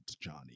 Johnny